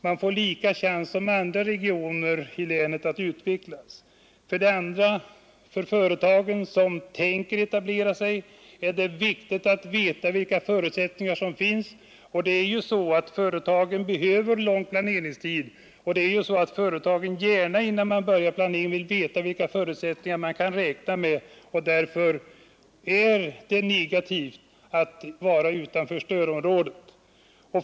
Man får samma chans som andra regioner i länet att utvecklas. För det andra är det viktigt för företag som tänker etablera sig att veta vilka förutsättningar som finns. Företagen behöver lång planeringstid, och de vill gärna veta, innan de börjar planera, vilka förutsättningar de kan räkna med. Därför är det negativt att vara utanför stödområdet.